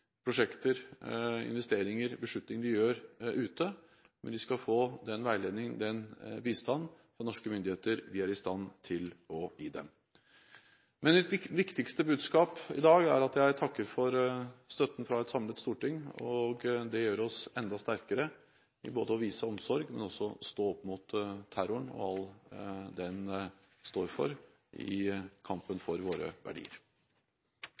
prosjekter, investeringer og beslutninger de gjør ute, men de skal få den veiledning og bistand fra norske myndigheter som vi er i stand til å gi dem. Men mitt viktigste budskap i dag er at jeg takker for støtten fra et samlet storting. Det gjør oss enda sterkere til både å vise omsorg og også å stå opp mot terroren og alt den står for, i kampen for våre verdier.